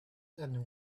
anyone